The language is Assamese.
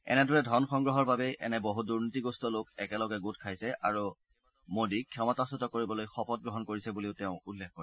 এনেদৰে ধন সংগ্ৰহৰ বাবেই এনে বহু দুনীতিগ্ৰস্ত লোক একেলেগ গোট খাইছে আৰু মোডীক ক্ষমতাচ্যত কৰিবলৈ শপত গ্ৰহণ কৰিছে বুলিও তেওঁ উল্লেখ কৰে